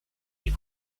est